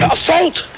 Assault